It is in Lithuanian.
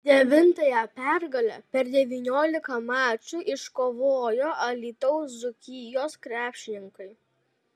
devintąją pergalę per devyniolika mačų iškovojo alytaus dzūkijos krepšininkai